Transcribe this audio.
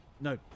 No